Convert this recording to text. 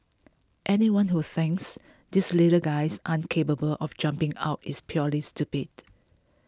anyone who thinks these little guys aren't capable of jumping out is purely stupid